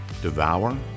devour